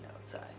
outside